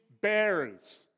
bearers